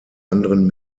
anderen